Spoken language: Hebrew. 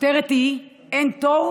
הכותרת היא: אין תור